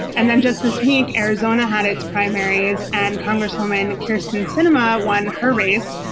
and then just this week, arizona had its primaries and congresswoman kyrsten sinema won her race,